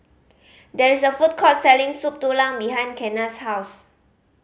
there is a food court selling Soup Tulang behind Kenna's house